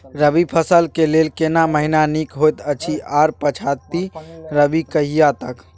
रबी फसल के लेल केना महीना नीक होयत अछि आर पछाति रबी कहिया तक?